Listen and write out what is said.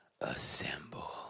assemble